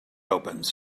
opens